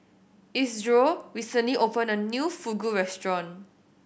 Isidro recently open a new Fugu Restaurant